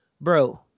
bro